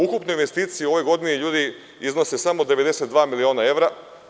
Ukupne investicije u ovoj godini iznose samo 92 miliona evra.